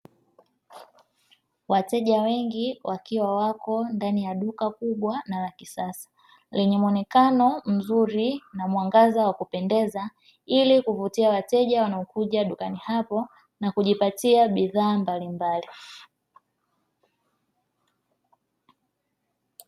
Wateja wengi wakiwa wako ndani ya duka kubwa na la kisasa lenye muonekano mzuri na mwangaza wa kupendeza, ili kuvutia wateja wanaokuja dukani hapo na kujipatia bidhaa mbalimbali.